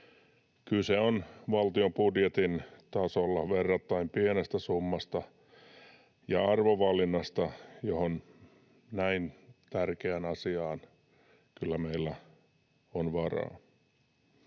Kyse on valtion budjetin tasolla verrattain pienestä summasta ja arvovalinnasta, ja näin tärkeään asiaan kyllä meillä on varaa.